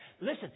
listen